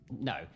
No